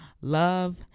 love